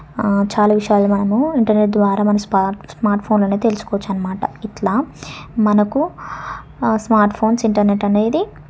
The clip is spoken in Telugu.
చాలా విషయాలు మనము ఇంటర్నెట్ ద్వారా మన స్మా స్మార్ట్ఫోన్లోనే తెలుసుకోవచ్చన్నమాట ఇట్లా మనకు ఆ స్మార్ట్ఫోన్స్ ఇంటర్నెట్ అనేది